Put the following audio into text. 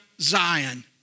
Zion